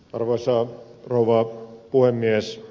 arvoisa rouva puhemies